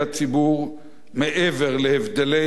מעבר להבדלי ההשקפה הפוליטית,